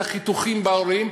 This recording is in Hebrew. את החיתוכים בהרים,